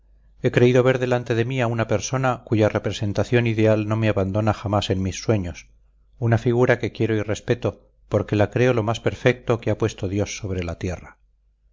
he creído ver delante de mí a una persona cuya representación ideal no me abandona jamás en mis sueños una figura que quiero y respeto porque la creo lo más perfecto que ha puesto dios sobre la tierra